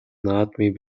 наадмын